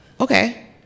Okay